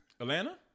Atlanta